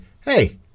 hey